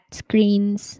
screens